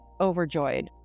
overjoyed